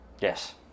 Yes